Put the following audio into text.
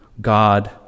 God